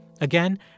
Again